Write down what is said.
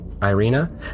Irina